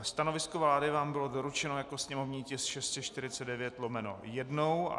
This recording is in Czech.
Stanovisko vlády vám bylo doručeno jako sněmovní tisk 649/1.